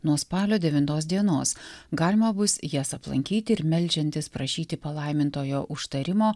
nuo spalio devintos dienos galima bus jas aplankyti ir meldžiantis prašyti palaimintojo užtarimo